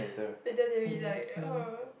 later they be like oh